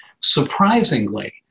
Surprisingly